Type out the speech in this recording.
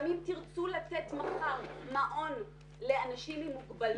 גם אם תרצו לתת מחר מעון לאנשים עם מוגבלות,